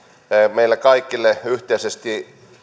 meille kaikille yhteisesti